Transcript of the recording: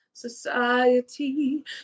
society